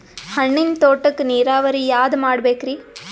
ಹಣ್ಣಿನ್ ತೋಟಕ್ಕ ನೀರಾವರಿ ಯಾದ ಮಾಡಬೇಕ್ರಿ?